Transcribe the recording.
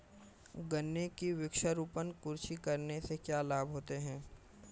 गन्ने की वृक्षारोपण कृषि करने से क्या लाभ होते हैं?